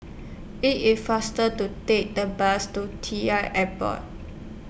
IT IS faster to Take The Bus to T L Airport